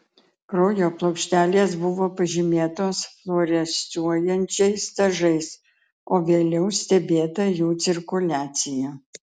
kraujo plokštelės buvo pažymėtos fluorescuojančiais dažais o vėliau stebėta jų cirkuliacija